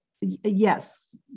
yes